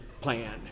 plan